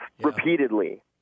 repeatedly